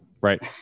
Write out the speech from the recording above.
Right